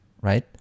Right